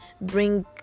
bring